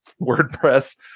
WordPress